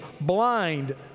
blind